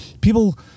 people